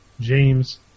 James